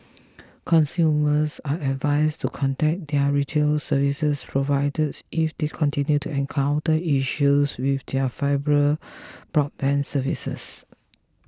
consumers are advised to contact their retail service providers if they continue to encounter issues with their fibre broadband services